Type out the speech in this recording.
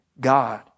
God